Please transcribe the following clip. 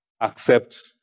accept